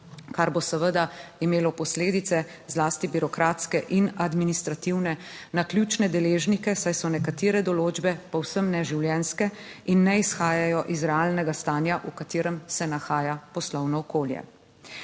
kar bo seveda imelo posledice, zlasti birokratske in administrativne, na ključne deležnike, saj so nekatere določbe povsem neživljenjske in ne izhajajo iz realnega stanja, v katerem se nahaja poslovno okolje.